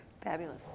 Fabulous